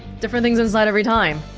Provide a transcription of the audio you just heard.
different things inside everytime